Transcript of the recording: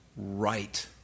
right